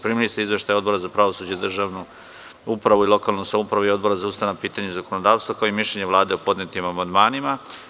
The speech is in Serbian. Primili ste Izveštaj Odbora za pravosuđe, državnu upravu i lokalnu samoupravu i Odbora za ustavna pitanja i zakonodavstvo, kao i mišljenje Vlade o podnetim amandmanima.